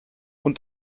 und